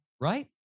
right